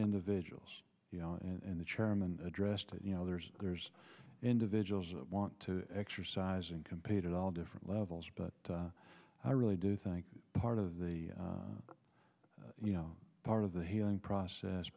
individuals you know and the chairman addressed it you know there's there's individuals that want to exercise and compete at all different levels but i really do think part of the you know part of the healing process